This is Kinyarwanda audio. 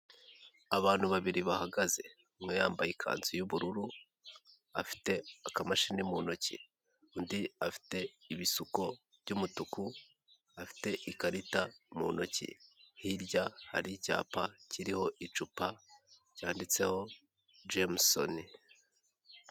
Abantu babiri bahagaze umwe yambaye ikanzu y'ubururu afite akamashini mu ntoki undi afite ibisuko by'umutuku afite ikarita mu ntoki hirya hari icyapa kiriho icupa cyanditseho Jameson.